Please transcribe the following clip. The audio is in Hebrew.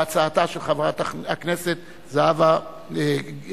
בהצעתה של חברת הכנסת זהבה גלאון.